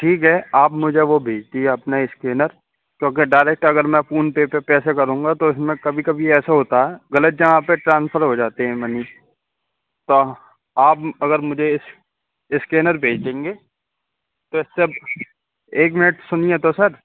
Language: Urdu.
ٹھیک ہے آپ مجھے وہ بھیج دیے اپنا اسکینر کیونکہ ڈائریکٹ اگر میں فون پے پہ پیسے کروں گا تو اس میں کبھی کبھی ایسا ہوتا ہے غلط جگہ پہ ٹرانسفر ہو جاتے ہیں منی تو آپ اگر مجھے اس اسکینر بھیج دیں گے تو اس سے اب ایک منٹ سنیے تو سر